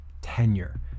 tenure